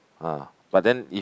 ah but then if